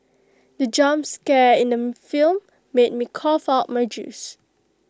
the jump scare in the film made me cough out my juice